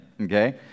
okay